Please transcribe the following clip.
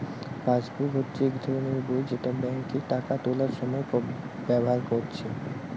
passbook হচ্ছে এক ধরণের বই যেটা বেঙ্কে টাকা তুলার সময় ব্যাভার কোরছে